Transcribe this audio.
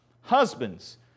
Husbands